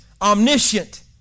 omniscient